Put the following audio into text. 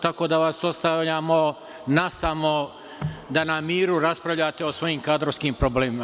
Tako da vas ostavljamo nasamo da na miru raspravljate o svojim kadrovskim problemima.